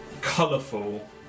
colourful